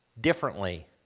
differently